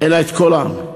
אלא את כל העם.